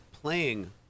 playing